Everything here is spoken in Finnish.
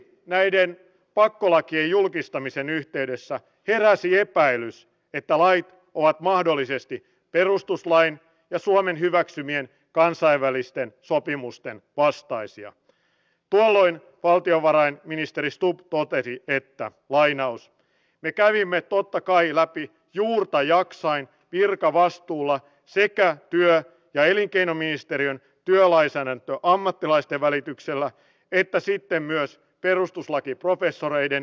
l näiden pakkolakien julkistamisen yhteydessä heräsi epäilys että lait ovat mahdollisesti perustuslain riittävä suomen hyväksymien kansainvälisten sopimusten vastaisia tehoin valtiovarain ministeri istuu paperi että lainaus tai ruotsin kielen taidon tarjoaminen kaikille maahanmuuttajille on sekä heidän etunsa että koko suomalaisen yhteiskunnan etu